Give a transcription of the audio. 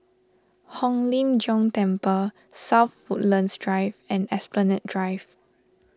Hong Lim Jiong Temple South Woodlands Drive and Esplanade Drive